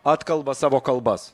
atkalba savo kalbas